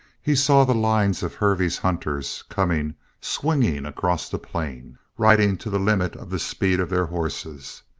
he saw the lines of hervey's hunters coming swinging across the plain, riding to the limit of the speed of their horses.